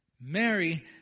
Mary